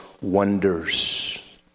wonders